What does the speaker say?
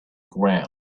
ground